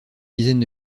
dizaine